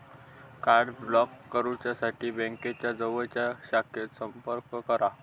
card block करुसाठी बँकेच्या जवळच्या शाखेत संपर्क करा